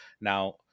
Now